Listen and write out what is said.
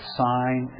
sign